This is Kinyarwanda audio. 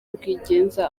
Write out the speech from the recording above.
rwigenza